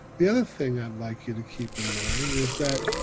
the other thing i'd like you to keep in mind is that,